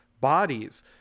bodies